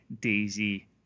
Daisy